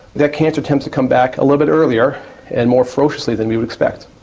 their cancer tends to come back a little bit earlier and more ferociously than we would expect.